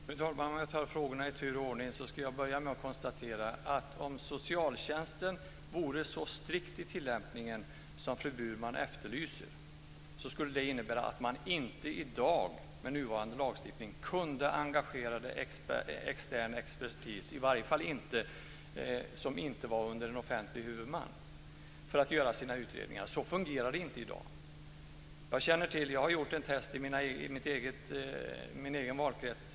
Fru talman! Jag tar frågorna i tur och ordning. Jag börjar med att konstatera att om socialtjänsten vore så strikt i tillämpningen som fru Burman efterlyser, skulle det innebära att man med nuvarande lagstiftning inte skulle kunna engagera extern expertis för sina utredningar, i varje fall inte sådan som inte står under en offentlig huvudman. Så fungerar det inte i dag. Jag har gjort ett test i kommunerna i min valkrets.